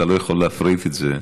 אתה לא יכול להפריט את זה,